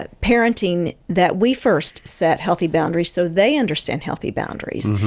ah parenting that we first set healthy boundaries so they understand healthy boundaries.